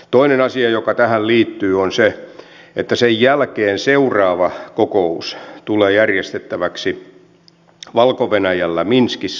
toinen asia joka tähän liittyy on se että sen jälkeen seuraava kokous tulee järjestettäväksi valko venäjällä minskissä